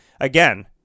again